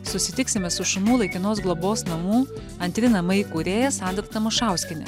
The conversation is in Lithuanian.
susitiksime su šunų laikinos globos namų antri namai įkūrėja sandra tamašauskiene